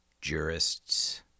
jurists